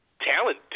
talent